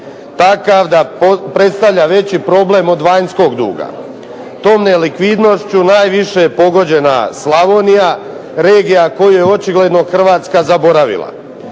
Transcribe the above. takav da predstavlja veći problem od vanjskog duga. Tom nelikvidnošću najviše pogođena Slavonija, regija koju očigledno Hrvatska zaboravila.